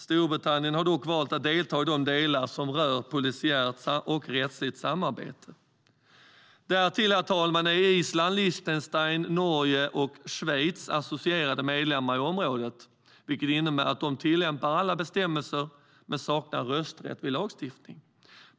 Storbritannien har dock valt att delta i de delar som rör polisiärt och rättsligt samarbete. Därtill, herr talman, är Island, Liechtenstein, Norge och Schweiz associerade medlemmar i området, vilket innebär att de tillämpar alla bestämmelser men saknar rösträtt vid lagstiftning.